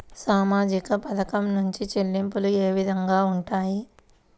సామాజిక పథకం నుండి చెల్లింపులు ఏ విధంగా ఉంటాయి?